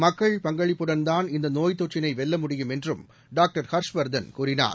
மக்கள் பங்களிப்புடன்தான் இந்தநோய்த் தொற்றினைவெல்ல முடியும் என்றும் டாக்டர் ஹர்ஷ்வர்தன் கூறினார்